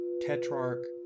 tetrarch